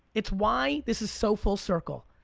it's why this is so full circle.